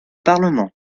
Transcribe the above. parlement